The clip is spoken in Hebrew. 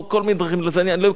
אני לא אביא כרגע את כל הפתרונות.